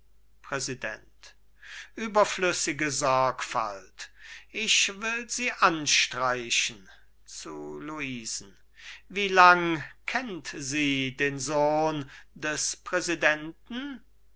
präsident überflüssige sorgfalt ich will sie anstreichen zu luisen wie lang kennt sie den sohn des präsidenten